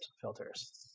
filters